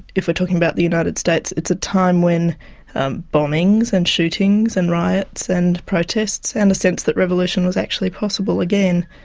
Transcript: if we're talking about the united states, it's a time when bombings and shootings and riots and protests and a sense that revolution was actually possible again.